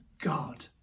God